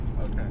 Okay